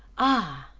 ah!